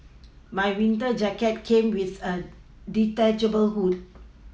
my winter jacket came with a detachable hood